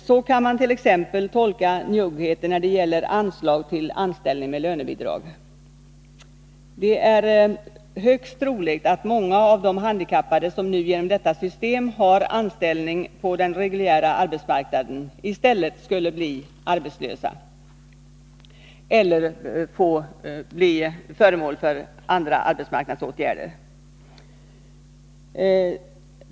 Så kan man t.ex. tolka njuggheten när det gäller anslag till anställning med lönebidrag. Det är högst troligt att många av de handikappade som genom detta system nu har anställning på den reguljära arbetsmarknaden vid en minskning av detta anslag i stället skulle bli arbetslösa eller bli föremål för andra arbetsmarknadspolitiska åtgärder.